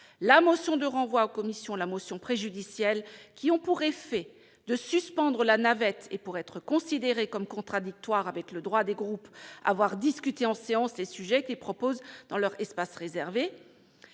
la motion de renvoi en commission ou la motion préjudicielle, qui ont pour effet de suspendre la navette et pourraient être considérées comme contradictoires avec le droit des groupes à voir discuter en séance les sujets qu'ils proposent dans leur espace réservé.